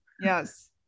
Yes